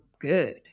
good